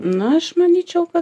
na aš manyčiau kad